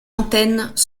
antennes